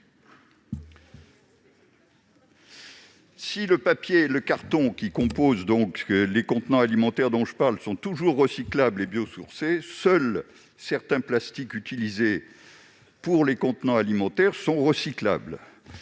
Si le papier et le carton qui composent les contenants alimentaires sont toujours recyclables et biosourcés, seuls certains plastiques utilisés pour les contenants alimentaires sont recyclables.